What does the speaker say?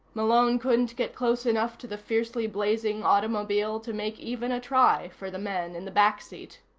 malone couldn't get close enough to the fiercely blazing automobile to make even a try for the men in the back seat.